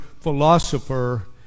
philosopher